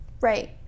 right